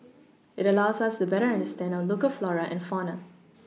it allows us to better understand our local flora and fauna